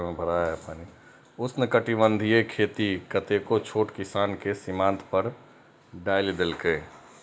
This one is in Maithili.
उष्णकटिबंधीय खेती कतेको छोट किसान कें सीमांत पर डालि देलकै